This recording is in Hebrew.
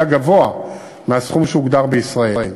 היה גבוה מהסכום שהוגדר בישראל.